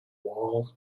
wall